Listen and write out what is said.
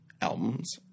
Albums